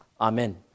Amen